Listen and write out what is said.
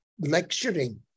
lecturing